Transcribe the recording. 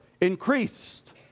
Increased